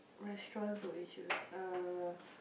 restaurants would you choose uh